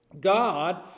God